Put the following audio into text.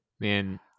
man